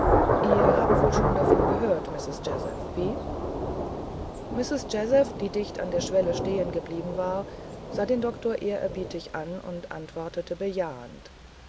ihr habt wohl schon davon gehört mistreß jazeph wie mistreß jazeph die dicht an der schwelle stehen geblieben war sah den doktor ehrerbietig an und antwortete bejahend